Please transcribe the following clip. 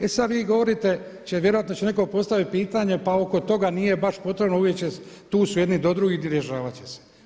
E sada vi govorite, vjerojatno će netko postaviti pitanje pa oko toga nije baš potrebno, tu su jedni do drugih i rješavati će se.